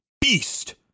beast